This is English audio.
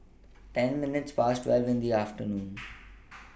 ten minutes Past twelve in The afternoon